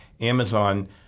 Amazon